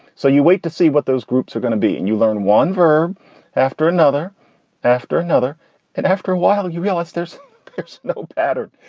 so you wait to see what those groups are going to be and you learn one verb after another after another. and after a while you realize there's no pattern.